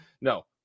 No